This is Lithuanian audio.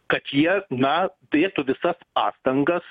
kad jie na turėtų visas pastangas